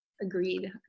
Agreed